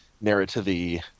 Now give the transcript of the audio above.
narrative